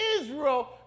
Israel